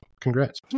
congrats